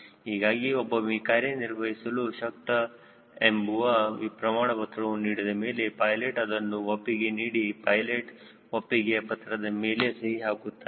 ಹೀಗಾಗಿ ಒಮ್ಮೆ ಕಾರ್ಯನಿರ್ವಹಿಸಲು ಶಕ್ತ ಎಂಬುವ ಪ್ರಮಾಣಪತ್ರವನ್ನು ನೀಡಿದ ಮೇಲೆ ಪೈಲೆಟ್ ಅದನ್ನು ಒಪ್ಪಿಗೆ ನೀಡಿ ಪೈಲೆಟ್ ಒಪ್ಪಿಗೆಯ ಪತ್ರದ ಮೇಲೆ ಸಹಿ ಹಾಕುತ್ತಾನೆ